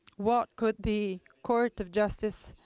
what could the court of justice